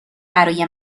برای